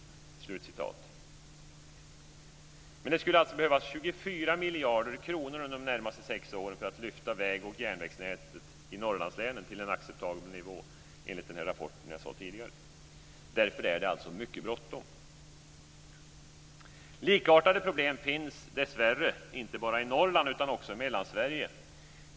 Men det skulle alltså enligt den rapport som jag talade om tidigare behövas 24 miljarder kronor under de närmaste sex åren för att lyfta väg och järnvägsnätet i Norrlandslänen till en acceptabel nivå. Därför är det alltså mycket bråttom. Likartade problem finns dessvärre inte bara i Norrland utan också i Mellansverige.